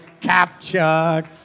captured